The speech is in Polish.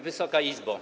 Wysoka Izbo!